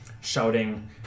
shouting